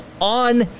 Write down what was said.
on